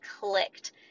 clicked